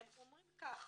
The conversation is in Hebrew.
והם אומרים כך: